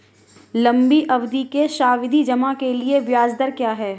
लंबी अवधि के सावधि जमा के लिए ब्याज दर क्या है?